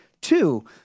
Two